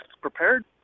prepared